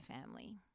family